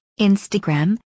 Instagram